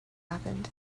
happened